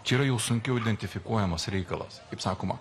čia yra jau sunkiau identifikuojamas reikalas kaip sakoma